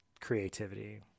creativity